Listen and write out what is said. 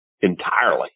entirely